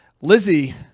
Lizzie